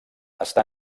està